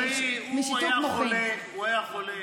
תשמעי, הוא היה חולה,